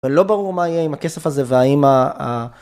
ולא ברור מה יהיה עם הכסף הזה והאם ה...